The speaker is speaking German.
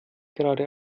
gerade